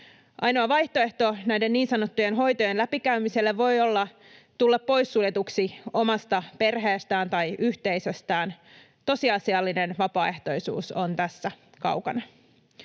Ainoa vaihtoehto näiden niin sanottujen hoitojen läpikäymiselle voi olla tulla poissuljetuksi omasta perheestään tai yhteisöstään. Tosiasiallinen vapaaehtoisuus on tästä kaukana.